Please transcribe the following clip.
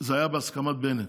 זה היה בהסכמת בנט.